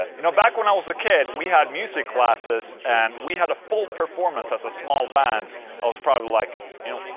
ah you know, back when i was a kid we had music classes and we had a full performance as a small band i was probably like you know,